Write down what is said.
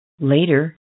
Later